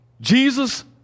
Jesus